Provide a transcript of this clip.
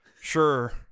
Sure